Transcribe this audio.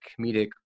comedic